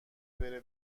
بره